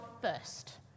first